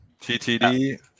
TTD